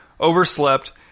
overslept